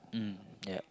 mm yup